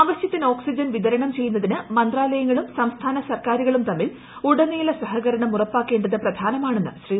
ആവശ്യത്തിന് ഓക്സിജൻ വിതരണം ചെയ്യുന്നതിന് മന്ത്രാലയങ്ങളും സംസ്ഥാന സർക്കാരുകളും തമ്മിൽ ഉടനീള സഹകരണം ഉറപ്പാക്കേണ്ടത് പ്രധാനമാണെന്ന് ശ്രീ